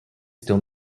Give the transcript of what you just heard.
still